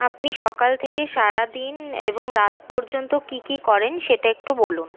আপনি সকাল থেকে সারাদিন এবং রাত পর্যন্ত কী কী করেন সেটা একটু বলুন